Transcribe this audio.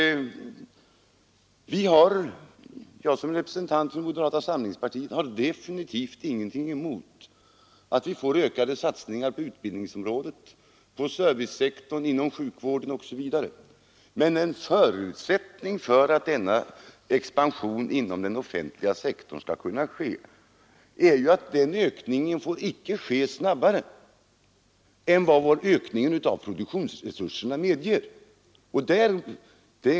Som representant för moderata samlingspartiet har jag definitivt ingenting emot att vi får ökad satsning på utbildningsområdet, servicesektorn, sjukvården osv. Men en förutsättning för att denna expansion inom den offentliga sektorn skall kunna ske är ju att ökningen icke får ske snabbare än vad ökningen av produktionsresurserna medger.